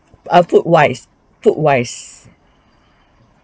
uh food wise food wise